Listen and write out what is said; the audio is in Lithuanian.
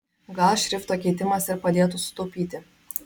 gal šrifto keitimas ir padėtų sutaupyti